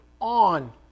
on